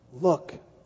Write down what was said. look